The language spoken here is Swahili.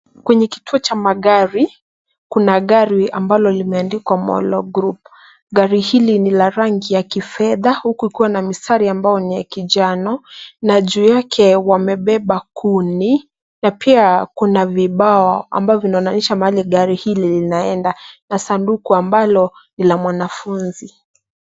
Kwenye kituo cha magari kuna gari ambalo limeandikwa Molo Group. Gari hili ni la rangi ya kifedha huku ikiwa na mistari ambayo ni ya kinjano na juu yake wamebeba kuni na pia kuna vibao ambavyo vinaonyesha mahali gari hili linaenda na sanduku ambalo ni la mwanafunzi.